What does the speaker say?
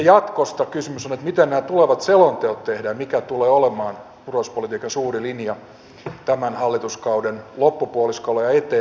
sitten jatkosta kysymys on että miten nämä tulevat selonteot tehdään mikä tulee olemaan turvallisuuspolitiikan suuri linja tämän hallituskauden loppupuoliskolla ja eteenpäin